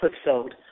episode